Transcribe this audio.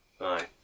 Aye